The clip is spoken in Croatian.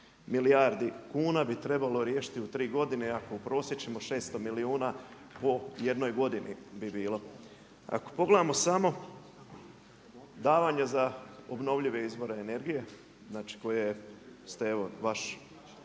milijardi kuna bi trebalo riješiti u 3 godine ako uprosječimo 600 milijuna po jednoj godini bi bilo. Ako pogledamo samo davanja za obnovljive izvore energije, znači koje ste evo vaš